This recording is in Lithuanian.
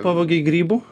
pavogei grybų